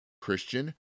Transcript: Christian